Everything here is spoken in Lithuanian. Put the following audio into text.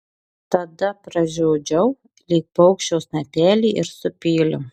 tada pražiodžiau lyg paukščio snapelį ir supyliau